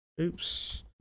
Oops